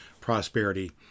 prosperity